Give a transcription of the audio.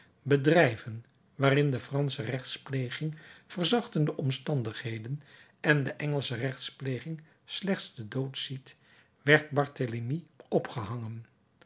bedrijven waarin de fransche rechtspleging verzachtende omstandigheden en de engelsche rechtspleging slechts den dood ziet werd barthélemy opgehangen